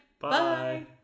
Bye